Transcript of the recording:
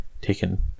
taken